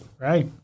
Right